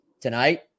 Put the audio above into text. tonight